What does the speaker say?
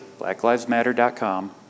blacklivesmatter.com